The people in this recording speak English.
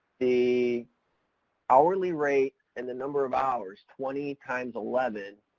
the hourly rate and the number of hours twenty times eleven